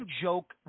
joke